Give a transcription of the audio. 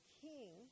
king